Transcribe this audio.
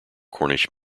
cornish